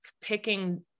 picking